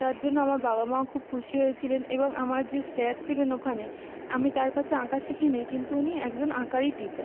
তার জন্য আমার বাবা মাও খুব খুশি হয়েছিলেন এবং আমার যে স্যার ছিলেন ওখানে আমি তার কাছে আঁকা শিখি নি কিন্তু উনি একজন আঁকারই টিচার